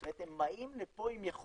זאת אומרת הם באים לפה עם יכולות.